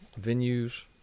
venues